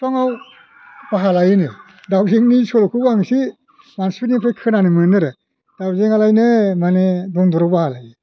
फिफांआव बाहा लायोनो दावजेंनि सल'खौ आं एसे मानसिफोरनिफ्राय खोनानो मोनो आरो दावजेंआलायनो माने दन्दराव बाहा लायो